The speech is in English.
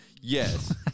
Yes